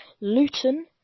Luton